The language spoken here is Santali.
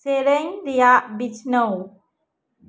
ᱥᱮᱨᱮᱧ ᱨᱮᱭᱟᱜ ᱵᱤᱪᱷᱱᱟ ᱣ